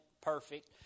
perfect